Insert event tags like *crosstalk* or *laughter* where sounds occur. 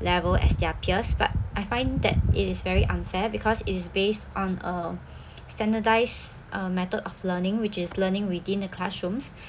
level as their peers but I find that it is very unfair because it is based on a *breath* standardised uh method of learning which is learning within the classrooms